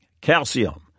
calcium